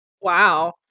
Wow